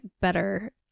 better